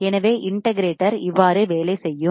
எனவே இண்டகிரேட்ட்டர் இவ்வாறு வேலை செய்யும்